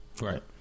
Right